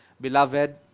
beloved